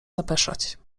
zapeszać